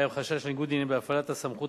יש חשש לניגוד עניינים בהפעלת הסמכות